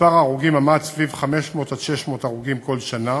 מספר ההרוגים היה סביב 500 600 הרוגים כל שנה,